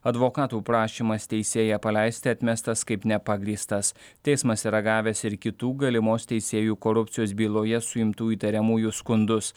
advokatų prašymas teisėją paleisti atmestas kaip nepagrįstas teismas ragavęs ir kitų galimos teisėjų korupcijos byloje suimtų įtariamųjų skundus